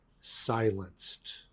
silenced